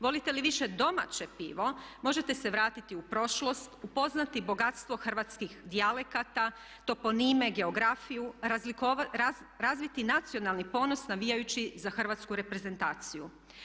Volite li više domaće pivo možete se vratiti u prošlost, upoznati bogatstvo hrvatskih dijalekata, toponime, geografiju, razviti nacionalni ponos navijajući za hrvatsku reprezentaciju.